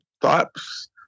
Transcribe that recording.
thoughts